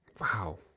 Wow